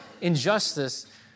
injustice